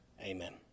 Amen